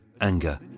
anger